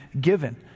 given